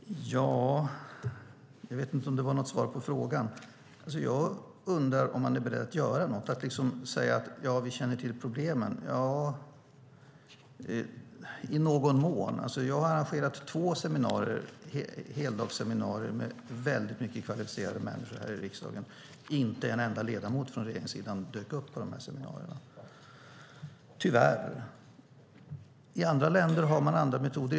Herr talman! Jag vet inte om det var något svar på frågan. Jag undrar om man är beredd att göra något. Att bara säga att man känner till problemen är inte nog. Jag har arrangerat två heldagsseminarier med väldigt många kvalificerade människor här i riksdagen. Inte en enda ledamot från regeringssidan dök upp på dessa seminarier. I andra länder har man andra metoder.